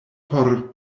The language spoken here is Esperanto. por